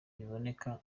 biboneka